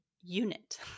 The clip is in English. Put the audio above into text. unit